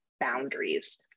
boundaries